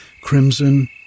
Crimson